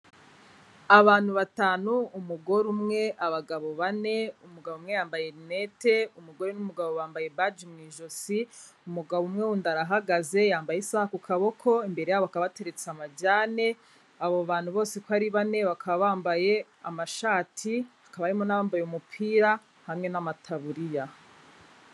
Abantu batanu: umugore umwe, abagabo bane, umugabo umwe yambaye rinete, umugore n'umugabo bambaye baji mu ijosi, umugabo umwe wundi arahagaze, yambaye isaha ku kaboko, imbere yabo hakaba hateretse amajyane. Abo bantu bose uko ari bane, bakaba bambaye amashati, hakaba harimo n'abambaye umupira hamwe n'amataburiya.